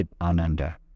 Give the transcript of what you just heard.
ananda